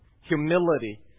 humility